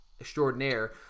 extraordinaire